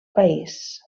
país